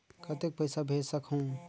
कतेक पइसा भेज सकहुं?